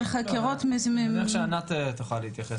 אני מניח שעוה"ד ענת מססה תוכל להתייחס,